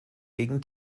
gegen